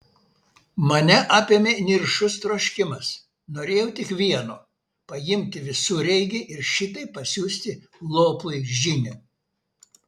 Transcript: mane apėmė niršus troškimas norėjau tik vieno paimti visureigį ir šitaip pasiųsti lopui žinią